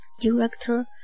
Director